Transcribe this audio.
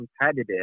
competitive